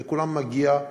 לכולם מגיעים